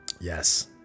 Yes